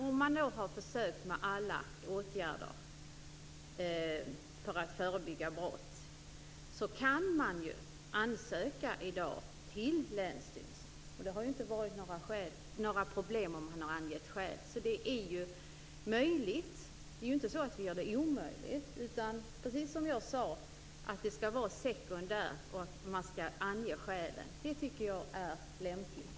Om man har försökt med alla åtgärder för att förebygga brott, Maud Ekendahl, kan man ansöka hos länsstyrelsen i dag. Det har inte inneburit några problem om man har angett skäl. Det är alltså möjligt. Vi gör det inte omöjligt, utan precis som jag sade skall det vara sekundärt och skälen skall anges. Det tycker jag är lämpligt.